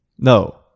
No